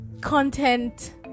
content